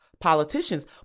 politicians